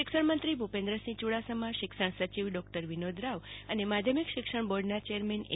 શિક્ષણમંત્રી ભુ પેન્દ્રસિંહ યુ ડાસમાં શિક્ષણ સચિવ વિનોદ રાવ અને માધ્યમિક શિક્ષણ બોર્ડના ચેરમેન એ